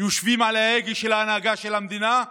יושבים על ההגה של ההנהגה של המדינה,